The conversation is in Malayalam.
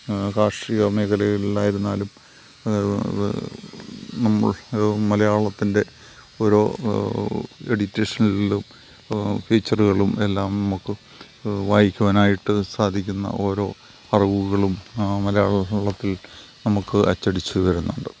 കാർഷിക മേഖലയിൽ ഇല്ലായിരുന്നാലും നമ്മൾ മലയാളത്തിൻ്റെ ഓരോ എഡിറ്റേഷനിലും ഫീച്ചറുകളും എല്ലാം നമ്മൾക്ക് വായിക്കുവാനായിട്ട് സാധിക്കുന്ന ഓരോ അറിവുകളും മലയാളത്തിൽ നമുക്ക് അച്ചടി വരുന്നുണ്ട്